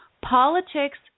Politics